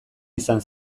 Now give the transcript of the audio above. izan